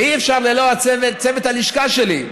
ואי-אפשר ללא צוות הלשכה שלי: